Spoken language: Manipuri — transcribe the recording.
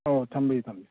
ꯍꯣ ꯊꯝꯕꯤꯌꯨ ꯊꯝꯕꯤꯌꯨ